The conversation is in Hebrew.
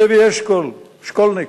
לוי אשכול, שקולניק,